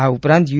આ ઉપરાંત યુ